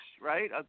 right